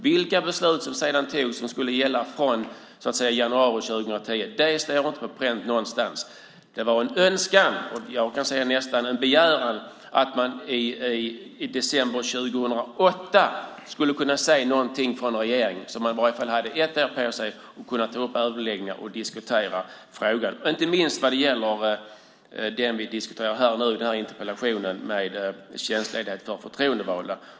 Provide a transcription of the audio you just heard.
Vilka beslut som sedan skulle tas och som sedan skulle gälla från januari 2010 står inte på pränt någonstans. Det var en önskan och, kan jag säga, nästan en begäran att regeringen i december 2008 skulle kunna säga någonting så att man i varje fall skulle ha ett år på sig och ta upp överläggningar och diskutera frågan, inte minst vad gäller det som vi diskuterar nu om tjänstledighet för förtroendevalda.